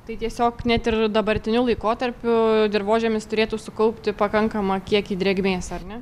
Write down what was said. tai tiesiog net ir dabartiniu laikotarpiu dirvožemis turėtų sukaupti pakankamą kiekį drėgmės ar ne